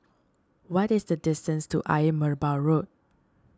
what is the distance to Ayer Merbau Road